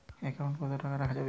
Account কত টাকা রাখা যাবে?